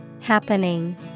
Happening